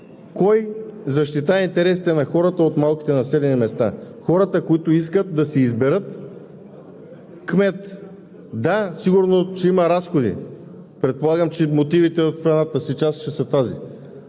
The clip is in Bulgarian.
кой защитава интересите на хората от малките населени места – хората, които искат да си изберат кмет! Да, сигурно ще има разходи, предполагам, че мотивите в едната си част ще са тези